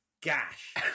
gash